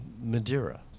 Madeira